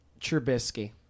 Trubisky